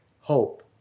hope